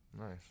Nice